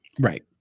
right